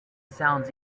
sounds